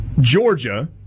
Georgia